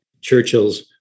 Churchill's